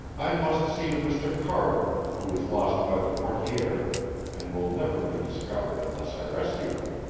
i must see to mr. carter, who is lost by the portiere and will never be discovered unless i rescue him.